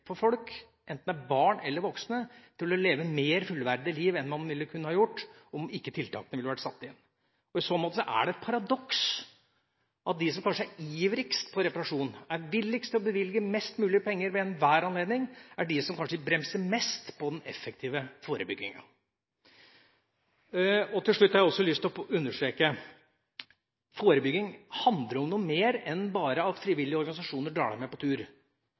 for folk, enten det er barn eller voksne, til å leve mer fullverdige liv enn de ellers kunne gjort om ikke tiltakene hadde vært satt inn. I så måte er det et paradoks at de som kanskje er ivrigst på reparasjon og villigst til å bevilge mest mulig penger ved enhver anledning, er dem som kanskje bremser mest på den effektive forebygginga. Til slutt har jeg lyst til å understreke at forebygging handler om noe mer enn bare at frivillige organisasjoner drar deg med på tur.